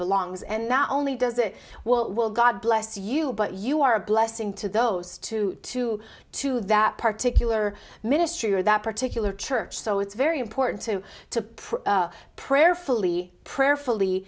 belongs and not only does it well god bless you but you are a blessing to those two to two that particular ministry or that particular church so it's very important to to prayerfully prayerfully